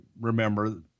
remember